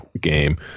game